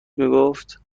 میگفت